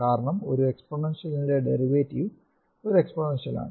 കാരണം ഒരു എക്സ്പോണൻഷ്യലിന്റെ ഡെറിവേറ്റീവ് ഒരു എക്സ്പോണൻഷ്യലാണ്